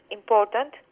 important